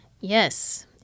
Yes